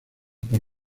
por